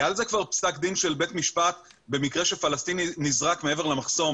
היה על זה כבר פסק דין של בית משפט במקרה שפלסטיני נזרק מעבר למחסום